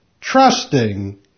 trusting